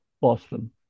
Boston